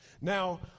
Now